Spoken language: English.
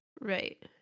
Right